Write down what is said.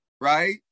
right